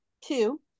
Two